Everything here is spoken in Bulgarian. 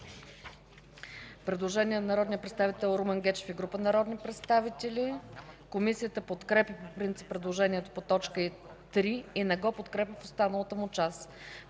предложение на народния представител Румен Гечев и група народни представители. Комисията подкрепя по принцип предложението по т. 3 и не го подкрепя в останалата му част.